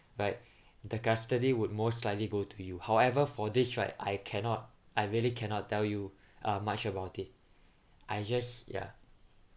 right the custody would most likely go to you however for this right I cannot I really cannot tell you uh much about it I just ya